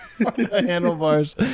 handlebars